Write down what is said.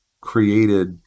created